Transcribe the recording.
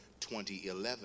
2011